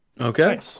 Okay